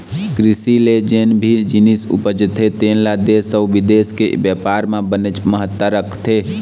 कृषि ले जेन भी जिनिस उपजथे तेन ल देश अउ बिदेश के बेपार म बनेच महत्ता रखथे